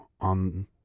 on